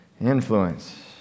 Influence